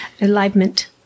alignment